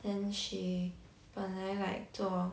then she 本来 like 做